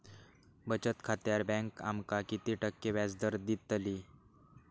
बचत खात्यार बँक आमका किती टक्के व्याजदर देतली?